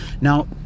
now